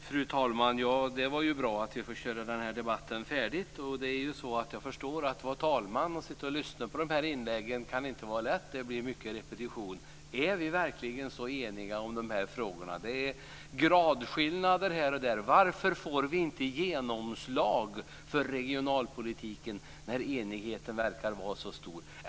Fru talman! Det är bra att vi får köra den här debatten färdigt. Jag förstår att det inte kan vara lätt att sitta som talman och lyssna på de här inläggen. Det blir mycket repetition. Är vi verkligen så här eniga om dessa frågor? Det är gradskillnader här och där. Varför får vi inte genomslag för regionalpolitiken när enigheten verkar vara så stor?